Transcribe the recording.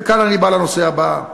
וכאן אני בא לנושא הבא: